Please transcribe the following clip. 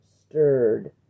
stirred